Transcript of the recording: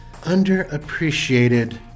Underappreciated